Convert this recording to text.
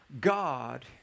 God